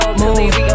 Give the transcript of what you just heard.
move